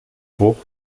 bruch